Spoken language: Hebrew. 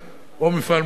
או מפעל מוגן.